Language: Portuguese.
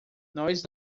nós